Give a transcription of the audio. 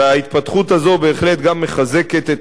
וההתפתחות הזאת בהחלט גם מחזקת את